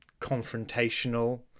confrontational